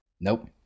Nope